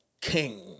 king